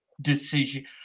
decision –